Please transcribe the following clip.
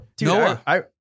Noah